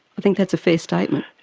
i think that's a fair statement.